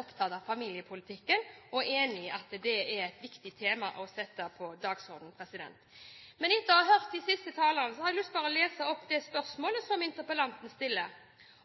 opptatt av familiepolitikk, og enig i at det er et viktig tema å sette på dagsordenen. Etter å ha hørt de siste talerne har jeg lyst til å lese opp det spørsmålet som interpellanten stiller: